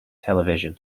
television